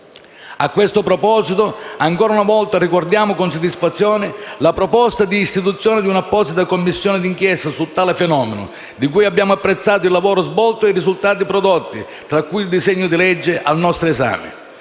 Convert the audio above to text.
A questo proposito, ancora una volta ricordiamo con soddisfazione la proposta di istituzione di una apposita Commissione d'inchiesta su tale fenomeno, di cui abbiamo apprezzato il lavoro svolto e i risultati prodotti, tra cui il disegno di legge al nostro esame.